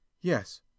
Yes